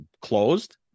closed